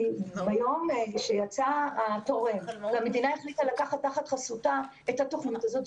ביום שיצא התורם והמדינה החליטה לקחת תחת חסותה את התוכנית הזאת,